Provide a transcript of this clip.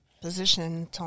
position